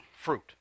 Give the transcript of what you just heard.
fruit